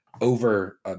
over